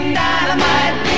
dynamite